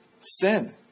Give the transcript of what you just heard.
sin